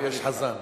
יש חזון ויש חזן.